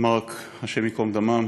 מרק מעתניאל, השם ייקום דמם.